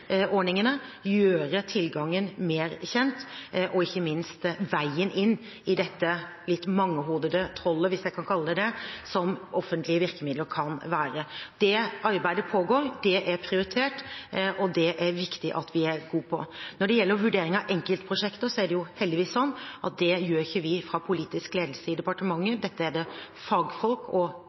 ordningene og å gjøre tilgangen mer kjent, ikke minst veien inn i det litt mangehodede trollet – hvis jeg kan kalle det det – som offentlige virkemidler kan være. Det arbeidet pågår. Det er prioritert, og det er det viktig at vi er gode i. Når det gjelder vurdering av enkeltprosjekter, er det heldigvis slik at det gjør ikke vi fra politisk ledelse i departementet. Dette er det fagfolk og